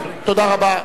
תודה רבה.